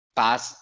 pass